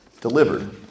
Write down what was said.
delivered